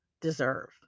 deserve